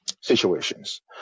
situations